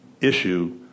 issue